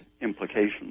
implications